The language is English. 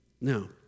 Now